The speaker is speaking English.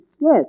Yes